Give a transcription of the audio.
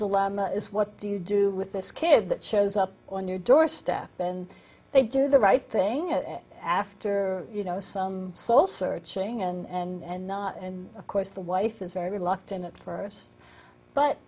dilemma is what do you do with this kid that shows up on your doorstep and they do the right thing at after you know some soul searching and and of course the wife is very reluctant at first but